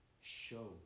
show